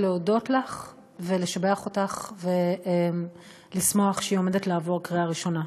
ולהודות לך ולשבח אותך ולשמוח שהיא עומדת לעבור קריאה ראשונה.